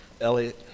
Elliot